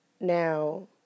now